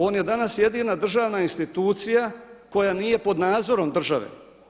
On je danas jedina državna institucija koja nije pod nadzorom države.